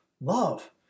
Love